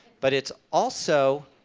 but it's also